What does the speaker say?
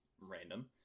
random